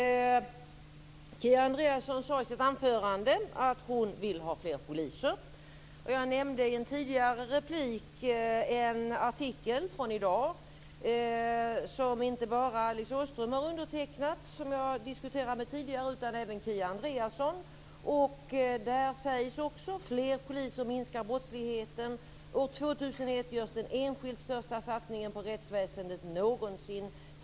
Fru talman! Kia Andreasson sade i sitt anförande att hon vill ha fler poliser. Jag nämnde i en tidigare replik en artikel från i dag som inte bara undertecknats av Alice Åström, som jag diskuterade med tidigare, utan även av Kia Andreasson. Där sägs också att fler poliser minskar brottsligheten och att det år 2001 görs den enskilt största satsningen på rättsväsendet någonsin.